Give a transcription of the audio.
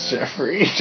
Jeffrey